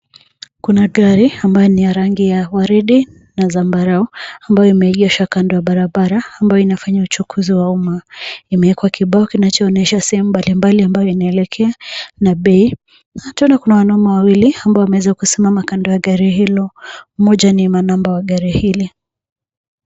Kuna gari ambayo ni ya rangi ya waridi na zambarau ambayo imeegeshwa kando ya barabara ambayo inafanya uchukuzi wa umma. Imewekwa kibao kinachoonesha sehemu mbalimbali inayoelekea na bei. Tena kuna wanaume wawili ambao wameweza kusimama mbele ya gari hilo, mmoja ni manamba wa gari hili.